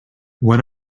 when